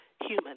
human